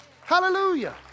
Hallelujah